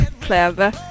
Clever